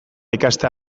ikastea